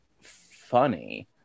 funny